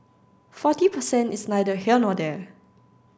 forty percent is neither here nor there